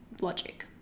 logic